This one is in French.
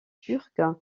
turc